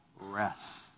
rest